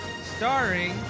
starring